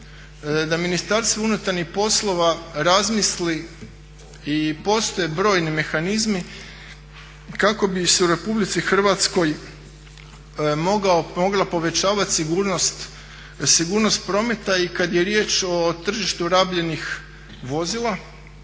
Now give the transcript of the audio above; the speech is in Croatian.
da Ministarstvo unutarnjih poslova razmisli i postoje brojni mehanizmi kako bi se u Republici Hrvatskoj mogla povećavat sigurnost prometa i kad je riječ o tržištu rabljenih vozila,